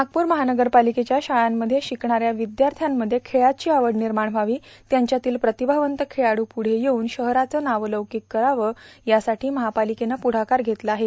नागपूर महानगरपालिकेच्या शाळांमध्ये शिकणाऱ्या विद्यार्थ्यांमध्ये खेळची आवड निर्माण क्रावी त्यांच्यातील प्रतिभावंत खेळाडू पुढे येऊन शहाराचा नावलौकिक करावा यासाठी महापालिकेनं पुढकार घेतला आहे